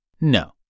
No